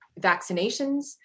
vaccinations